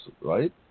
right